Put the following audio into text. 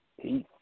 Peace